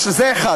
זה, אחד.